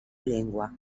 llengua